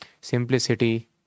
simplicity